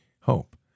hope